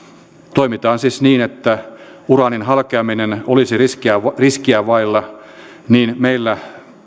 toimitaan siis niin että uraanin halkeaminen olisi riskiä vailla niin meillä